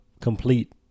complete